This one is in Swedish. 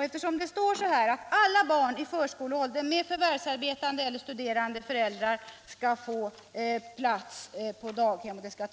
Eftersom det står i svaret att ”alla barn i förskoleåldern med förvärvsarbetande eller studerande föräldrar” skall beredas plats på daghem, stämmer